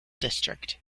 district